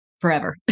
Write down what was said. forever